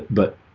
but